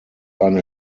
eine